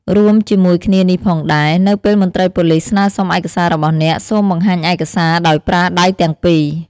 រួមជាមួយគ្នានេះផងដែរ នៅពេលមន្ត្រីប៉ូលិសស្នើសុំឯកសាររបស់អ្នក សូម បង្ហាញឯកសារដោយប្រើដៃទាំងពីរ។